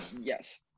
Yes